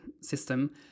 system